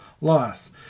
loss